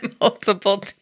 multiple